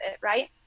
right